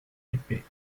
épais